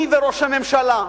אני וראש הממשלה,